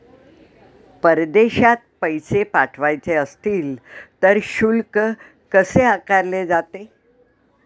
परदेशात पैसे पाठवायचे असतील तर शुल्क कसे आकारले जाते?